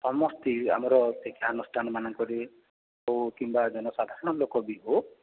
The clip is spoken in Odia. ସମସ୍ତେ ଆମର ଶିକ୍ଷାନୁଷ୍ଠାନ ମାନଙ୍କରେ ହେଉ କିମ୍ବା ଜନସାଧାରଣ ଲୋକ ବି ହେଉ